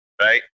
right